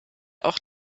auch